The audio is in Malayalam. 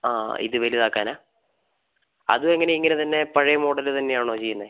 ആ ഇത് വലുതാക്കാനാ അതു എങ്ങനാ ഇങ്ങനേ തന്നേ പഴയ മോഡല് തന്നെയാണോ ചെയ്യുന്നത്